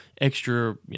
extra